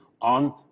on